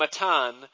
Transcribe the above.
Matan